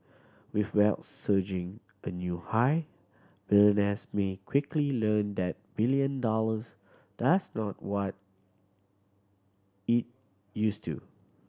with wealth surging a new high billionaires may quickly learn that billion dollars does not what it used to